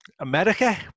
America